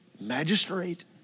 magistrate